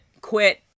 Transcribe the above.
quit